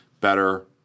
better